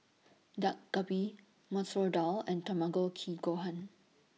Dak Galbi Masoor Dal and Tamago Kake Gohan